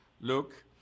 look